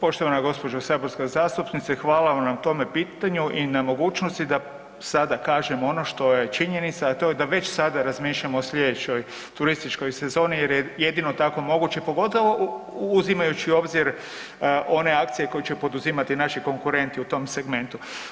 Poštovana gđo. saborska zastupnice, hvala vam na tome pitanju i na mogućnosti da sada kažem ono što je činjenica, a to je da već sada razmišljamo o slijedećoj turističkoj sezoni jer je jedino tako moguće pogotovo uzimajući u obzir one akcije koje će poduzimati naši konkurenti u tog segmentu.